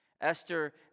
Esther